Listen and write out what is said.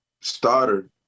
starter